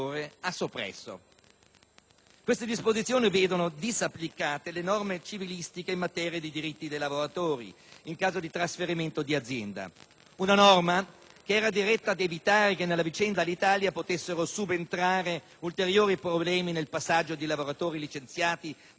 Questa disposizione vedeva disapplicata la norma civilistica in materia di diritti dei lavoratori in caso di trasferimento di azienda; si trattava di una norma diretta ad evitare che nella vicenda Alitalia potessero subentrare ulteriori problemi nel passaggio di lavoratori licenziati dalla vecchia alla nuova compagnia.